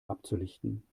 abzulichten